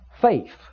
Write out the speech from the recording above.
Faith